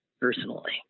personally